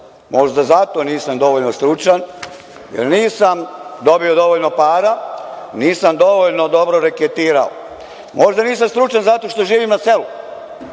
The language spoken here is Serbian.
Možda zato nisam dovoljno stručan jer nisam dobio dovoljno para. Nisam dovoljno dobro reketirao. Možda nisam stručan zato što živim na selu,